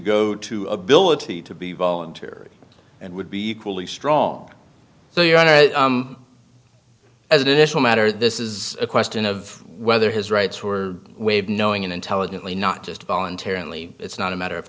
go to ability to be voluntary and would be equally strong so your honor as an additional matter this is a question of whether his rights were waived knowing intelligently not just voluntarily it's not a matter of